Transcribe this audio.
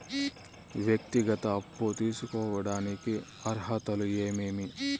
వ్యక్తిగత అప్పు తీసుకోడానికి అర్హతలు ఏమేమి